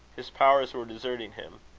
his powers were deserting him.